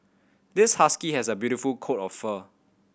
this husky has a beautiful coat of fur